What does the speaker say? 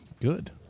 Good